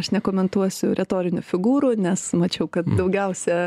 aš nekomentuosiu retorinių figūrų nes mačiau kad daugiausia